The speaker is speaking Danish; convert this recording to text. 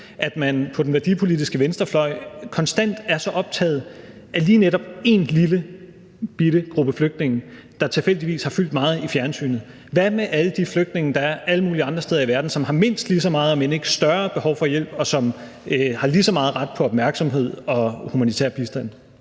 at man på den værdipolitiske venstrefløj konstant er så optaget af lige netop én lillebitte gruppe flygtninge, der tilfældigvis har fyldt meget i fjernsynet. Hvad med alle de flygtninge der er alle mulige andre steder i verden, som har mindst lige så meget om ikke større behov for hjælp, og som har lige så meget ret til opmærksomhed og humanitær bistand?